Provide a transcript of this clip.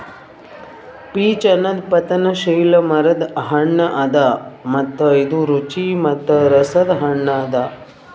peach ಅನದ್ ಪತನಶೀಲ ಮರದ್ ಹಣ್ಣ ಅದಾ ಮತ್ತ ಇದು ರುಚಿ ಮತ್ತ ರಸದ್ ಹಣ್ಣ ಅದಾ